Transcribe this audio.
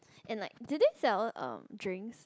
and like did they sell um drinks